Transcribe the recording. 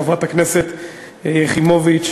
חברת הכנסת יחימוביץ,